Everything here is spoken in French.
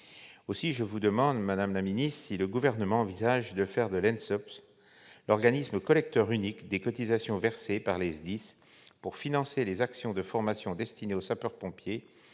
Aussi, je souhaiterais savoir, madame la ministre, si le Gouvernement envisage de faire de l'ENSOSP l'organisme collecteur unique des cotisations des SDIS pour le financement des actions de formation destinées aux sapeurs-pompiers,